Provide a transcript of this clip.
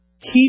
Keep